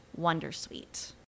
wondersuite